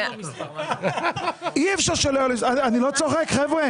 אני לא צוחק.